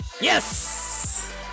Yes